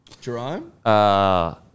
Jerome